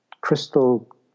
crystal